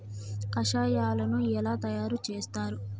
కషాయాలను ఎలా తయారు చేస్తారు?